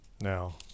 now